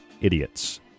idiots